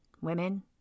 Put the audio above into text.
women